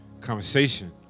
conversation